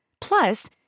Plus